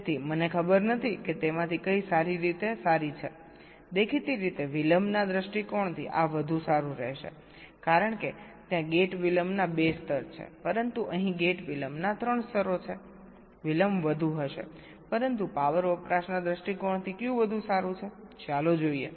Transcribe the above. તેથી મને ખબર નથી કે તેમાંથી કઈ સારી રીતે સારી છેદેખીતી રીતે વિલંબના દૃષ્ટિકોણથી આ વધુ સારું રહેશે કારણ કે ત્યાં ગેટ વિલંબના 2 સ્તર છે પરંતુ અહીં ગેટ ડીલેય ના 3 સ્તરો છે વિલંબ વધુ હશે પરંતુ પાવર વપરાશના દૃષ્ટિકોણથી ક્યુ વધુ સારું છે ચાલો જોઈએ